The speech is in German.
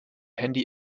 handy